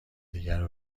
دیگر